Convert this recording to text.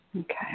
Okay